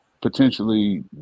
potentially